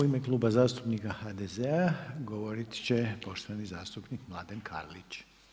U ime Kluba zastupnika HDZ-a govorit će poštovani zastupnik Mladen Karlić.